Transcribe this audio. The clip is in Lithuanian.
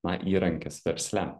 na įrankis versle